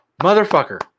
Motherfucker